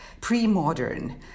pre-modern